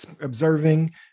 observing